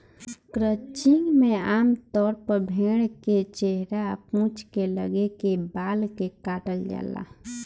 crutching में आमतौर पर भेड़ के चेहरा आ पूंछ के लगे के बाल के काटल जाला